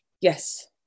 Yes